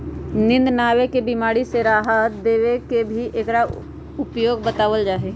नींद न आवे के बीमारी से राहत देवे में भी एकरा उपयोग बतलावल जाहई